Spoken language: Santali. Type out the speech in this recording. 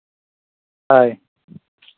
ᱦᱳᱭ